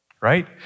right